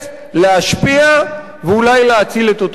להשפיע ואולי להציל את אותו עץ.